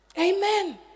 Amen